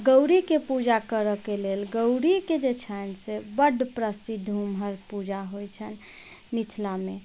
गौड़ी के पूजा करए के लेल गौड़ी के जे छनि से बड प्रसिद्ध ऊमहर पूजा होइ छनि मिथिला मे